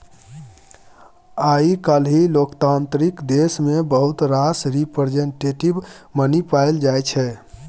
आइ काल्हि लोकतांत्रिक देश मे बहुत रास रिप्रजेंटेटिव मनी पाएल जाइ छै